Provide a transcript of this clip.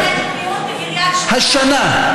השנה,